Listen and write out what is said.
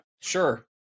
sure